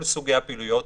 כל זה השתנה.